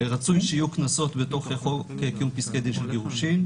רצוי שיהיו קנסות בתוך קיום פסקי דין של גירושין.